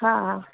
हा हा